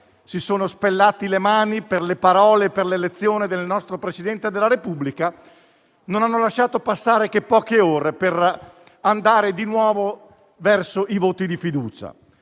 si sono spellati le mani per le parole usate in occasione dell'elezione del nostro Presidente della Repubblica non hanno lasciato passare che poche ore per andare di nuovo verso il voto di fiducia.